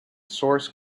source